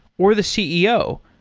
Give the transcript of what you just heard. or the ceo,